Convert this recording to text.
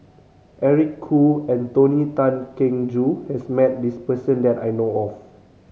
Eric Khoo and Tony Tan Keng Joo has met this person that I know of